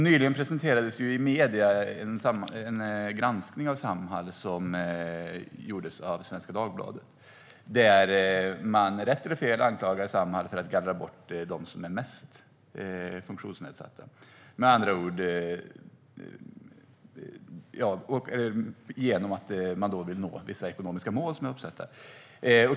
Nyligen presenterades i medierna en granskning av Samhall som gjordes av Svenska Dagbladet där man, rätt eller fel, anklagade Samhall för gallra bort dem som är mest funktionsnedsatta genom att det vill nå vissa ekonomiska mål som är uppsatta.